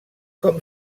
com